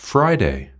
Friday